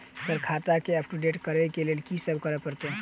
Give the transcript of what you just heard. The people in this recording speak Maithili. सर खाता केँ अपडेट करऽ लेल की सब करै परतै?